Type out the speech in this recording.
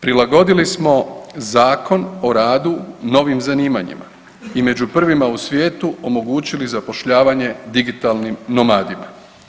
Prilagodili smo Zakon o radu novim zanimanjima i među prvima u svijetu omogućili zapošljavanje digitalnim nomadima.